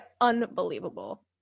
unbelievable